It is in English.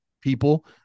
people